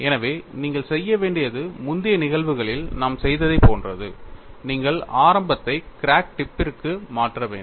எனவே நீங்கள் செய்ய வேண்டியது முந்தைய நிகழ்வுகளில் நாம் செய்ததைப் போன்றது நீங்கள் ஆரம்பத்தை கிராக் டிப்பிற்கு மாற்ற வேண்டும்